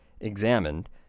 examined